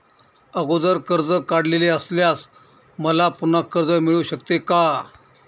अगोदर कर्ज काढलेले असल्यास मला पुन्हा कर्ज मिळू शकते का?